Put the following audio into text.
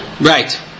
Right